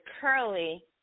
curly